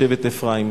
משבט אפרים.